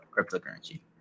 cryptocurrency